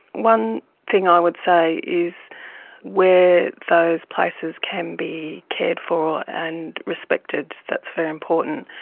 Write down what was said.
one thing i would say is where those places can be cared for and respected, that's very important.